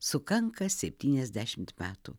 sukanka septyniasdešimt metų